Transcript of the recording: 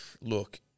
Look